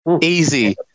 Easy